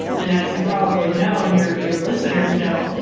and as you probably know and your your listeners know,